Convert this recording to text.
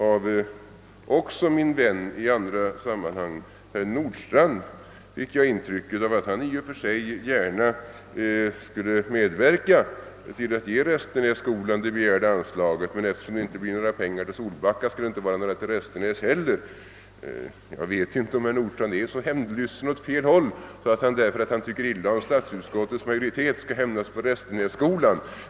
Av en annan vän i andra sammanhang, herr Nordstrandh, fick jag intrycket att han i och för sig gärna skulle medverka till att ge Restenässkolan det begärda anslaget, men eftersom det inte skulle beviljas några pengar till Solbacka skulle inte heller Restenässkolan få något. Jag vet inte om herr Nord strandh hyser en så missriktad hämndlystnad att han, därför att han tycker illa om statsutskottets majoritet, skall hämnas på Restenässkolan.